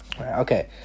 okay